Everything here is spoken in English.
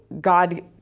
God